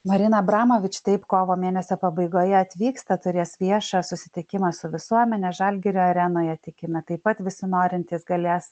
marina abramovič taip kovo mėnesio pabaigoje atvyksta turės viešą susitikimą su visuomene žalgirio arenoje tikime taip pat visi norintys galės